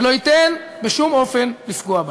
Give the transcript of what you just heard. ולא ייתן בשום אופן לפגוע בה.